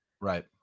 Right